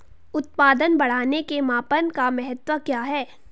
उत्पादन बढ़ाने के मापन का महत्व क्या है?